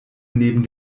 neben